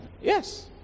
Yes